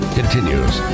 continues